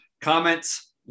comments